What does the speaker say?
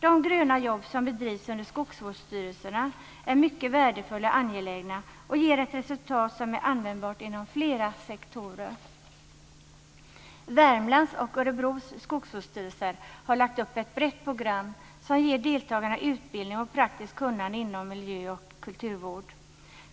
De gröna jobb som bedrivs under skogsvårdsstyrelserna är mycket värdefulla och angelägna och ger ett resultat som är användbart inom flera sektorer. Skogsvårdsstyrelsen i Värmland-Örebro har lagt upp ett brett program som ger deltagarna utbildning och praktiskt kunnande inom miljö och kulturvård.